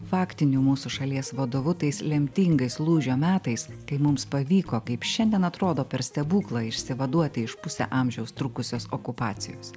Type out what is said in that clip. faktiniu mūsų šalies vadovu tais lemtingais lūžio metais kai mums pavyko kaip šiandien atrodo per stebuklą išsivaduoti iš pusę amžiaus trukusios okupacijos